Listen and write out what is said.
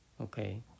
Okay